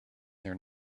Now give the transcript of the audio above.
their